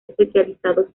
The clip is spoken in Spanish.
especializados